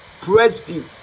Presby